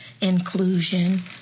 inclusion